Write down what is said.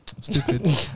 Stupid